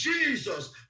Jesus